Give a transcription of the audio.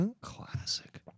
Classic